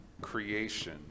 creation